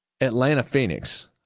Atlanta-Phoenix